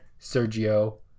sergio